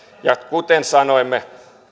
kuten sanoimme